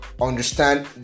understand